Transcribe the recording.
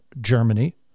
Germany